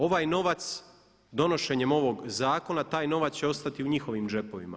Ovaj novac donošenjem ovog zakona taj novac će ostati u njihovim džepovima.